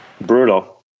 Brutal